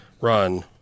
run